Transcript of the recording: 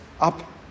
up